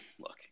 look